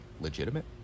Legitimate